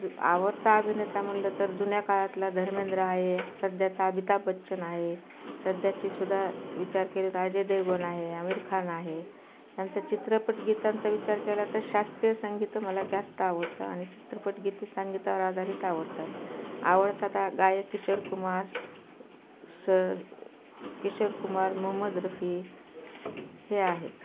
जु आवडता अभिनेता म्हटलं तर जुन्या काळातला धर्मेंद्र आहे सध्याचा अमिताभ बच्चन आहे सध्याची सुद्धा विचार केली अजय देवगण आहे आमीर खान आहे नंतर चित्रपटगीतांचा विचार केला तर शास्त्रीय संगीत मला जास्त आवडतं आणि चित्रपटगीतं संगीतावर आधारित आवडतात आवडतात गायक किशोर कुमार सर किशोर कुमार मोहम्मद रफी हे आहेत